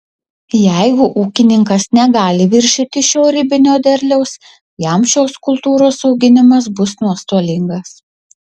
jeigu ūkininkas negali viršyti šio ribinio derliaus jam šios kultūros auginimas bus nuostolingas